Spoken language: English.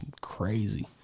crazy